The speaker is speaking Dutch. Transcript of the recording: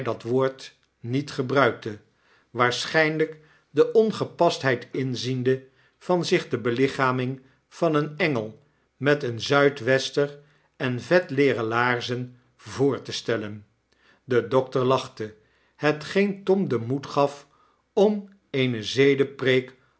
dat woord niet gebruikte waarsch jjnlijk de ongepastheid inziende van zich de belichaming van een engel met een zuidwester en vetleeren laarzeu voor te stellen de dokter lachte hetgeen tom den moed gaf om eene